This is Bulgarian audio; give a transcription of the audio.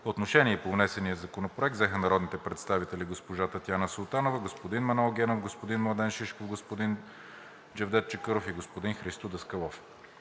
Отношение по внесения законопроект взеха народните представители: госпожа Татяна Султанова, господин Манол Генов, господин Младен Шишков, господин Джевдет Чакъров и господин Христо Даскалов.